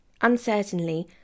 Uncertainly